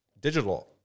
digital